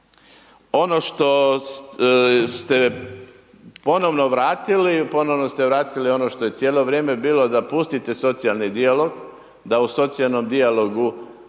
Ono što ste ponovno vratili, ponovno ste vratili što je cijelo vrijeme bilo da pustite socijalni dijalog, da u socijalnom dijalogu